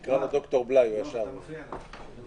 יואב, אתה מפריע לנו.